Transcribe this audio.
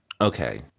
Okay